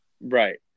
Right